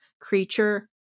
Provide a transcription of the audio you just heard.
creature